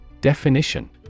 Definition